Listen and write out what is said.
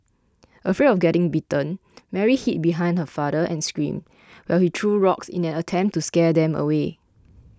afraid of getting bitten Mary hid behind her father and screamed while he threw rocks in an attempt to scare them away